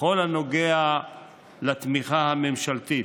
בכל הנוגע לתמיכה הממשלתית,